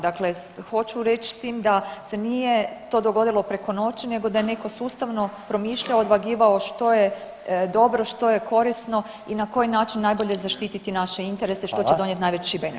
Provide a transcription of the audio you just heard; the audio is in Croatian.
Dakle, hoću reći s tim da se nije to dogodilo preko noći, nego da je netko sustavno promišljao, odvagivao što je dobro, što je korisno i na koji način najbolje zaštititi naše interese, što će donijeti najveći benefit.